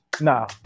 no